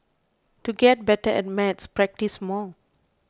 to get better at maths practise more